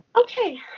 Okay